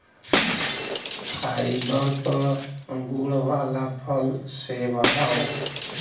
fibre क गुण वाला फल सेव हौ